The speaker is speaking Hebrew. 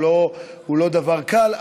הוא לא דבר קל,